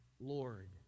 Lord